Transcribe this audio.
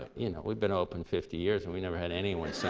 ah you know, we've been open fifty years, and we've never had anyone so